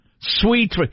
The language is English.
Sweet